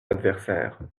adversaire